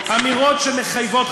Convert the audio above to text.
אמירות שמחייבות,